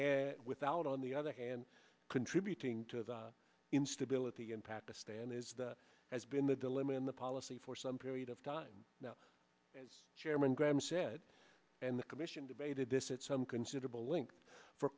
believe without on the other hand contributing to the instability in pakistan is that has been the dilemma in the policy for some period of time now as chairman graham said and the commission debated this at some considerable length for